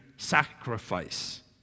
sacrifice